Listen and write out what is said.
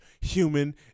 human